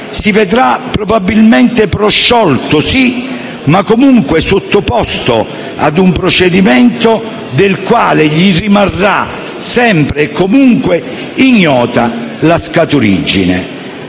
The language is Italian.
si vedrebbe probabilmente prosciolto sì, ma comunque sottoposto a un procedimento del quale gli rimarrebbe sempre e comunque ignota la scaturigine.